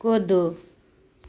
कुदू